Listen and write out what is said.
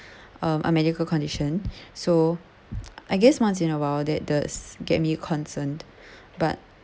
um a medical condition so I guess once in a while that does get me concerned but